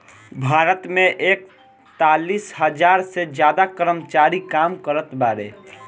भारत मे एकतालीस हज़ार से ज्यादा कर्मचारी काम करत बाड़े